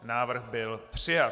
Návrh byl přijat.